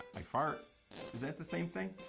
i fart is that the same thing?